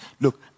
Look